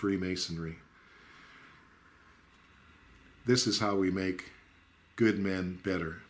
freemasonry this is how we make good men better